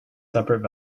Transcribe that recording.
separate